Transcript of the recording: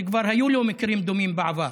שכבר היו לו מקרים דומים בעבר?